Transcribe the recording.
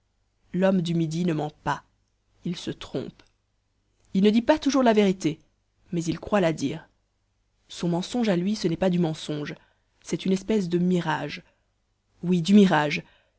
l'homme du midi ne ment pas il se trompe il ne dit pas toujours la vérité mais il croit la dire son mensonge à lui ce n'est pas du mensonge c'est une espèce de mirage oui du mirage